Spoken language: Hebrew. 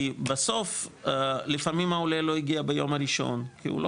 כי בסוף לפעמים העולה לא הגיע ביום הראשון כי הוא לא